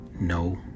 No